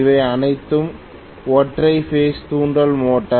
அவை அனைத்தும் ஒற்றை பேஸ் தூண்டல் மோட்டார்